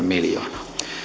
miljoonaa